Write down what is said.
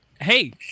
Hey